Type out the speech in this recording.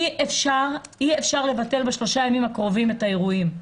אי אפשר לבטל בשלושה הימים הקרובים את האירועים.